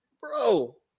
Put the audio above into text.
Bro